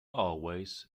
always